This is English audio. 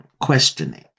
questioning